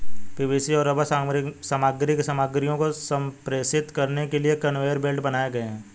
PVC और rubber सामग्री की सामग्रियों को संप्रेषित करने के लिए कन्वेयर बेल्ट बनाए गए हैं